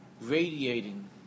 radiating